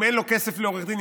אם אין לו כסף לעורך דין,